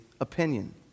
opinion